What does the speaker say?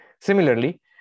Similarly